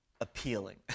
appealing